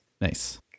Nice